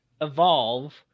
evolve